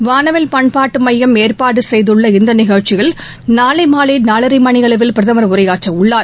வானவில் பண்பாட்டு மையம் ஏற்பாடு செய்தள்ள இந்த நிகழ்ச்சியில் நாளை மாலை நாலரை மணியளவில் பிரதமர் உரையாற்றவுள்ளார்